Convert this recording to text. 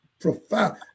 profound